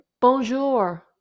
bonjour